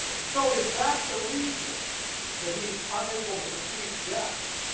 so is that the reason that he's unable to perceive depth,